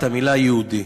את המילה "יהודי",